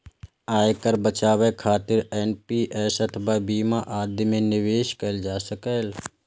आयकर बचाबै खातिर एन.पी.एस अथवा बीमा आदि मे निवेश कैल जा सकैए